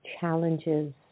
challenges